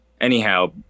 Anyhow